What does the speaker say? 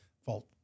fault